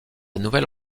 nouvelle